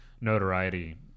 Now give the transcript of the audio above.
notoriety